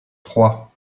trois